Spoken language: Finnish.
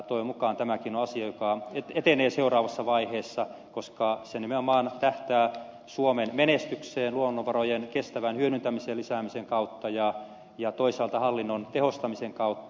toivon mukaan tämäkin asia etenee seuraavassa vaiheessa koska se nimenomaan tähtää suomen menestykseen luonnonvarojen kestävän hyödyntämisen lisäämisen kautta ja toisaalta hallinnon tehostamisen kautta